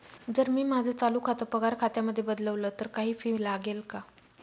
जर मी माझं चालू खातं पगार खात्यामध्ये बदलवल, तर काही फी लागेल का?